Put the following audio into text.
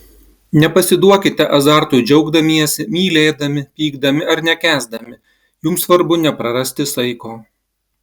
nepasiduokite azartui džiaugdamiesi mylėdami pykdami ar nekęsdami jums svarbu neprarasti saiko